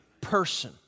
person